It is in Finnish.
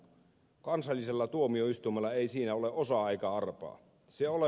kansallisella tuomioistuimella ei siinä ole osaa eikä arpaa